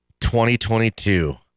2022